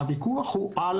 הוויכוח הוא על